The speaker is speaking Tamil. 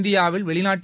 இந்தியாவில் வெளிநாட்டு